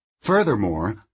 Furthermore